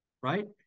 right